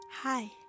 hi